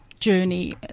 journey